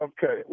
Okay